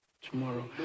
tomorrow